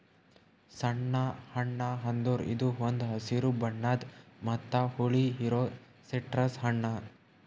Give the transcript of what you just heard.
ಸುಣ್ಣ ಹಣ್ಣ ಅಂದುರ್ ಇದು ಒಂದ್ ಹಸಿರು ಬಣ್ಣದ್ ಮತ್ತ ಹುಳಿ ಇರೋ ಸಿಟ್ರಸ್ ಹಣ್ಣ